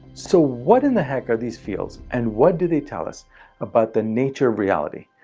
so what in the heck are these fields? and what do they tell us about the nature of reality?